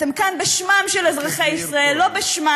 אתם כאן בשמם של אזרחי ישראל, לא בשמו